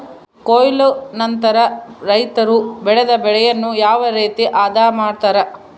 ಕೊಯ್ಲು ನಂತರ ರೈತರು ಬೆಳೆದ ಬೆಳೆಯನ್ನು ಯಾವ ರೇತಿ ಆದ ಮಾಡ್ತಾರೆ?